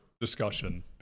discussion